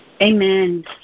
Amen